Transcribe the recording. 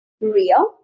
real